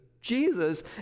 Jesus